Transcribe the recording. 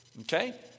Okay